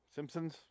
Simpsons